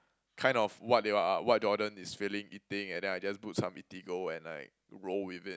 kind of what they are wh~ what Jordon is feeling eating and then I just book some Eatigo and like roll with it